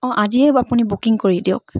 অঁ আজিয়ে আপুনি বুকিং কৰি দিয়ক